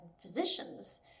physicians